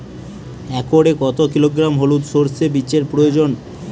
একরে কত কিলোগ্রাম হলুদ সরষে বীজের প্রয়োজন?